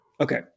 Okay